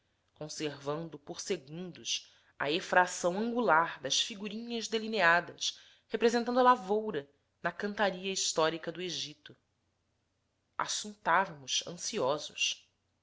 conservando por segundos a efracção angular das figurinhas delineadas representando a lavoura na cantaria histórica do egito assuntávamos ansiosos